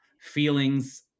feelings